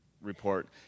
report